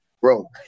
bro